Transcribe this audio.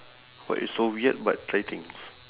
what is so weird but try things